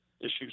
issues